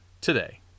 today